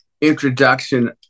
introduction